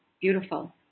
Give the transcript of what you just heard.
Beautiful